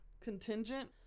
contingent